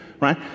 right